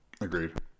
agreed